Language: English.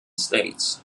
states